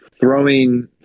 throwing